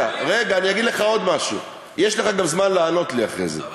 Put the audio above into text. יש לך גם זמן לענות לי אחרי זה.